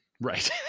Right